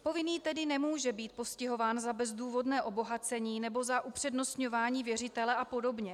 Povinný tedy nemůže být postihován za bezdůvodné obohacení nebo za upřednostňování věřitele a podobně.